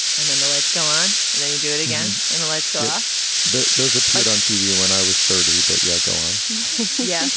and then the lights go on and then you do it again and the lights go off those appeared on tv when i was thirty. but yeah. go on yeah. okay.